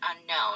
unknown